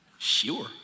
Sure